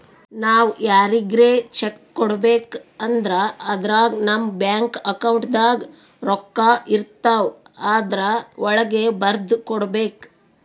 ನಾವ್ ಯಾರಿಗ್ರೆ ಚೆಕ್ಕ್ ಕೊಡ್ಬೇಕ್ ಅಂದ್ರ ಅದ್ರಾಗ ನಮ್ ಬ್ಯಾಂಕ್ ಅಕೌಂಟ್ದಾಗ್ ರೊಕ್ಕಾಇರ್ತವ್ ಆದ್ರ ವಳ್ಗೆ ಬರ್ದ್ ಕೊಡ್ಬೇಕ್